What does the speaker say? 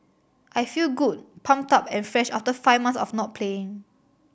I feel good pumped up and fresh after five months of not playing